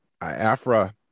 Afra